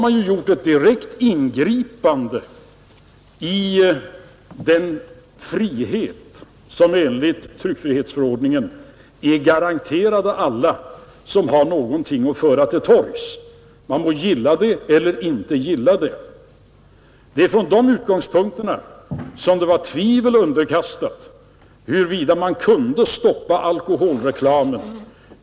Det skulle ha betytt ett direkt ingripande i den frihet som enligt tryckfrihetsförordningen är garanterad alla som har någonting att föra till torgs, man må gilla det eller inte gilla det. Från de utgångspunkterna var det tvivel underkastat huruvida man kunde stoppa alkoholreklamen.